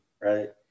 right